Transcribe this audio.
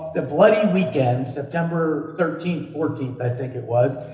the bloody weekend, september thirteenth, fourteenth, i think it was,